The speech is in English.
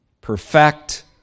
perfect